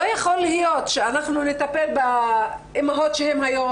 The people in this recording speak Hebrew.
לא יכול להיות שאנחנו נטפל באימהות שהן היום